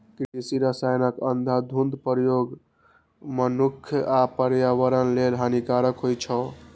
कृषि रसायनक अंधाधुंध प्रयोग मनुक्ख आ पर्यावरण लेल हानिकारक होइ छै